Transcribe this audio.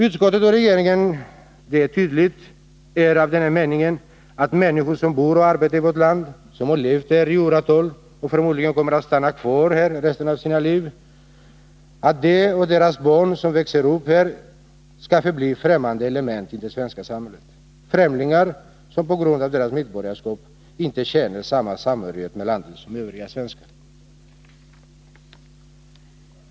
Utskottet och regeringen är — det är tydligt — av den meningen, att människor som bor och arbetar i vårt land, som har levt här i åratal och förmodligen kommer att stanna kvar här resten av sina liv, skall förbli främmande element i det svenska samhället. Man anser tydligen att de och deras barn, som växer upp här, skall förbli främlingar som på grund av sitt medborgarskap inte känner samma samhörighet med landet som övriga svenskar.